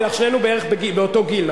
דיברתי אתך, שנינו בערך באותו גיל.